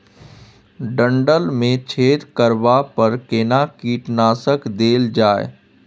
डंठल मे छेद करबा पर केना कीटनासक देल जाय?